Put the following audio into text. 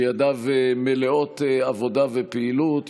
שידיו מלאות עבודה ופעילות,